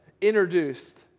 introduced